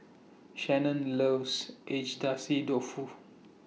Shanon loves Agedashi Dofu